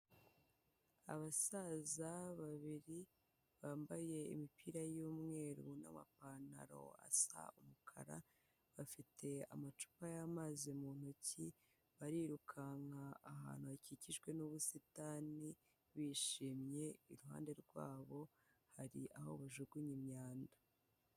Abasaza babiri bambaye imipira y'umweru n'amapantaro asa umukara, bafite amacupa y'amazi mu ntoki barirukanka ahantu hakikijwe n'ubusitani bishimye, iruhande rwabo hari aho bajugunya imyanda.